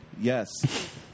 yes